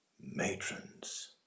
matrons